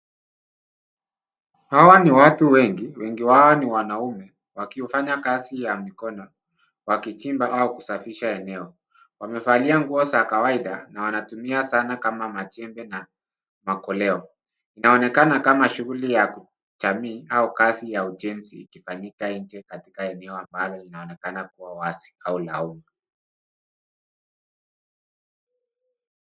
Hawa ni watu wengi, wengi wao ni wanaume wakifanya kazi ya mikono, wakichimba au kusafisha eneo. Wamevalia nguo za kawaida, na wanatumia zana kama majembe na makoleo. Inaonekana kama shughuli ya kijamii au kazi ya ujenzi, ikifanyika nje katika eneo ambalo inaonekana kua wazi au la uma.